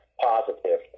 positive